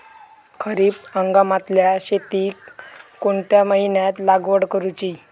खरीप हंगामातल्या शेतीक कोणत्या महिन्यात लागवड करूची?